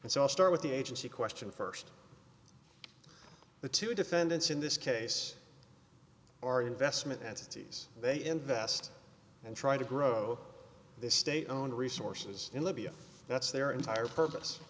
and so i'll start with the agency question first the two defendants in this case are investment entities they invest and try to grow the state owned resources in libya that's their entire purpose